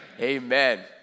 Amen